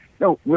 No